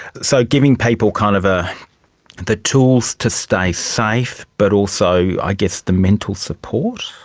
so giving people kind of ah the tools to stay safe but also i guess the mental support.